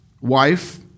wife